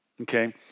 okay